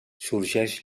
sorgeix